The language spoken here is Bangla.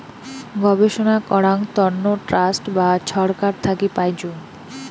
গবেষণা করাং তন্ন ট্রাস্ট বা ছরকার থাকি পাইচুঙ